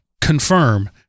confirm